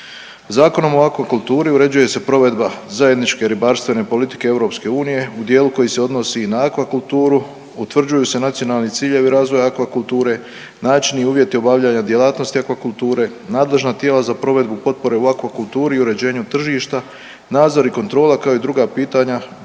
Zakonom o akvakulturi uređuje se provedba Zajedničke ribarstvene politike EU u dijelu koji se odnosi na akvakulturu, utvrđuju se nacionalni ciljevi razvoja akvakulture, načini i uvjeti obavljanja djelatnosti akvakulture, nadležna tijela za provedbu potpore u akvakulturi i uređenju tržišta, nadzori i kontrola, kao i druga pitanja